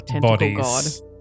bodies